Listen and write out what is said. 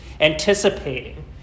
Anticipating